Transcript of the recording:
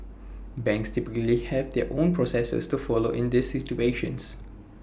banks typically have their own processes to follow in these situations